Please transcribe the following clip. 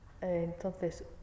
Entonces